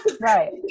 Right